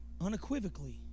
unequivocally